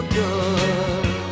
good